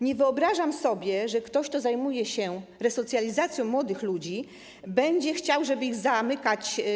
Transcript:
Nie wyobrażam sobie, że ktoś, kto zajmuje się resocjalizacją młodych ludzi, będzie chciał, żeby ich zamykać.